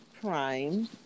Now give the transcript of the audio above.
Prime